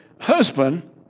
husband